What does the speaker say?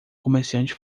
comerciante